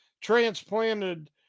transplanted